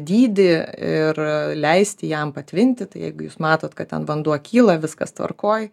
dydį ir leisti jam patvinti tai jeigu jūs matot kad ten vanduo kyla viskas tvarkoj